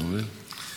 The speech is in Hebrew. אתה מבין?